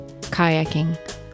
kayaking